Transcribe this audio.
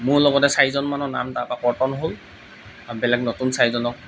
মোৰ লগতে চাৰিজনমানৰ নাম তাৰপৰা কৰ্তন হ'ল আৰু বেলেগ নতুন চাৰিজনক